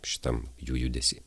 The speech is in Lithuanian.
šitam jų judesy